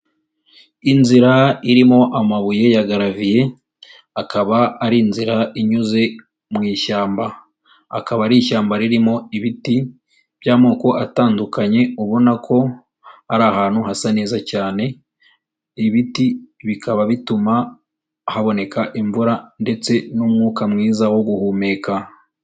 Inzira irimo amabuye ya garaviye, akaba ari inzira inyuze mu ishyamba, akaba ari ishyamba ririmo ibiti by'amoko atandukanye, ubona ko ari ahantu hasa neza cyane, ibiti bikaba bituma haboneka imvura ndetse n'umwuka mwiza wo guhumeka.